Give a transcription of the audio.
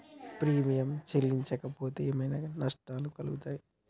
Premium చెల్లించకపోతే ఏమైనా నష్టాలు కలుగుతయా?